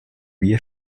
wir